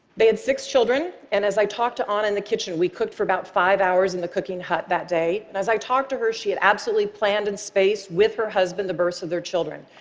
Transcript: they had six children, and as i talked to anna in the kitchen, we cooked for about five hours in the cooking hut that day, and as i talked to her, she had absolutely planned and spaced with her husband the births of their children.